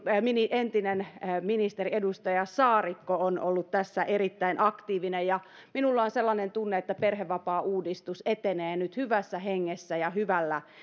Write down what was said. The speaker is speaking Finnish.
entinen ministeri edustaja saarikko on ollut tässä erittäin aktiivinen minulla on sellainen tunne että perhevapaauudistus etenee nyt hyvässä hengessä ja hyvällä